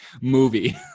movie